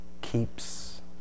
keeps